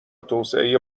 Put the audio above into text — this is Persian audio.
توسعه